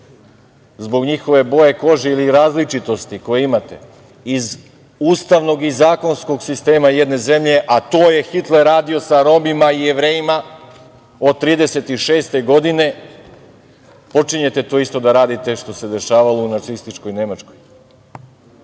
zbog njihove boje kože ili različitosti koju imate iz ustavnog i zakonskog sistema jedne zemlje, a to je Hitler radio sa Romima i Jevrejima od 1936. godine, počinjete to isto da radite što se dešavalo u nacističkoj Nemačkoj. Ne